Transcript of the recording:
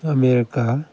America